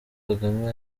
kagame